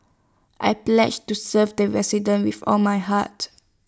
I've pledged to serve the residents with all my heart